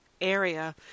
area